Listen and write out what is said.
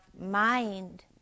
mind